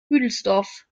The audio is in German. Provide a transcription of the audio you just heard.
büdelsdorf